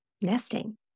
nesting